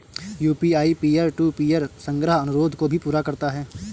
UPI peer to peer संग्रह अनुरोध को भी पूरा करता है